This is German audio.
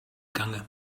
gange